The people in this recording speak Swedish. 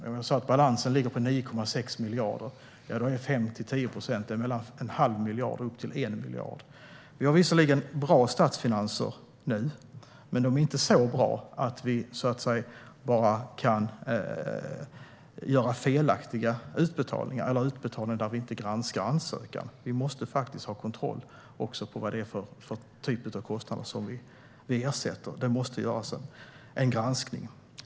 Är det så att balansen ligger på 9,6 miljarder innebär 5-10 procent mellan en halv miljard och 1 miljard. Vi har visserligen bra statsfinanser nu, men de är inte så bra att vi så att säga kan göra felaktiga utbetalningar eller utbetalningar där vi inte granskar ansökan. Vi måste faktiskt ha en kontroll av vad det är för typ av kostnader vi ersätter; det måste göras en granskning.